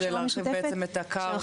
כדי להרחיב עצם את הכר.